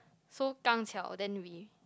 so then we